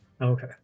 Okay